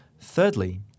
Thirdly